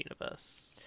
Universe